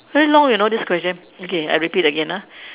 very long you know this question okay I repeat again ah